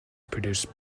produced